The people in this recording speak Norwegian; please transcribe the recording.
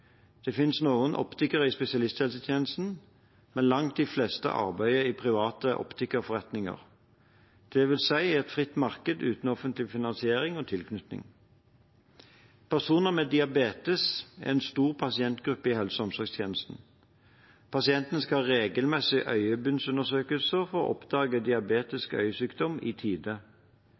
Det finnes noen optikere i spesialisthelsetjenesten, men langt de fleste arbeider i private optikerforretninger – det vil si i et fritt marked uten offentlig finansiering og tilknytning. Personer med diabetes er en stor pasientgruppe i helse- og omsorgstjenesten. Pasientene skal ha regelmessige øyebunnsundersøkelser for å oppdage diabetisk øyesykdom i tide.